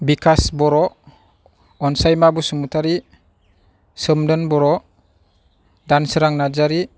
Vikas Boro Ansaima Basumatary Somdon Boro Dansorang Narzary